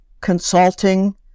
consulting